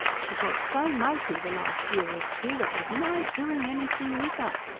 she got so mopey the last year or two, there was no doing anything with er.